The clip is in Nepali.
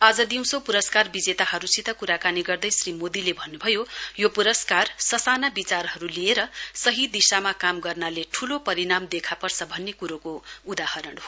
आज दिउँसो पुरस्कार विजेताहरूसित कुराकानी गर्दै श्री मोदीले भन्नुभयो यो पुरस्कार ससाना विचारहरू लिएर सही दिशामा काम गर्नाले ठूलो परिणाम देखा पर्छ भन्ने कुरोको उदाहरण हो